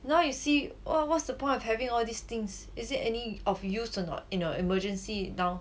now you see what what's the point of having all these things is there any of use or not in your emergency now